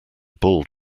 bald